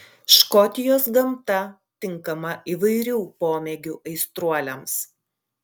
škotijos gamta tinkama įvairių pomėgių aistruoliams